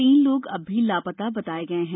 तीन लोग अब भी ला ता बताए गए हैं